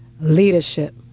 Leadership